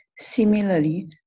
similarly